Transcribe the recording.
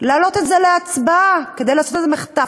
להעלות את זה להצבעה, כדי לעשות מחטף.